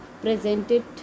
presented